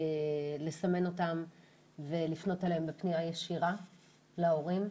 לסמן אותם ולפנות אליהם בפנייה ישירה להורים?